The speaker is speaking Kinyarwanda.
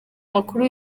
makuru